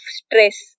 stress